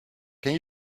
can